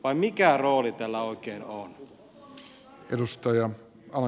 vai mikä rooli tällä oikein on